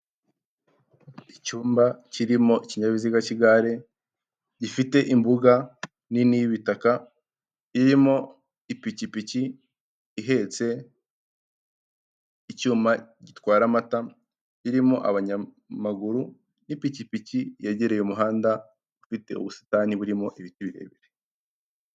Icyumba kirimo ikinyabiziga cy'igare gifite imbuga nini y'ibitaka irimo ipikipiki ihetse icyuma gitwara amata, irimo abanyamaguru n'ipikipiki yegereye umuhanda ufite ubusitani burimo ibiti birebire.